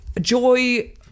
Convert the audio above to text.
Joy